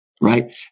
right